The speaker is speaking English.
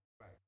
Right